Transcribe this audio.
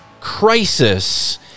crisis